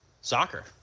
Soccer